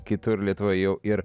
kitur lietuvoje jau ir